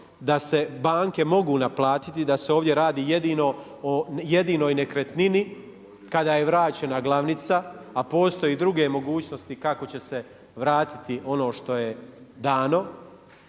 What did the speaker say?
da se banke mogu naplatiti, da se ovdje radi jedino o jedinoj nekretnini kada je vraćena glavnica, a postoje druge mogućnosti kako će se vratiti ono što je dano.